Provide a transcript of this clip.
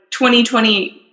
2020